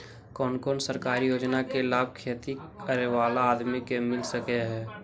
कोन कोन सरकारी योजना के लाभ खेती करे बाला आदमी के मिल सके हे?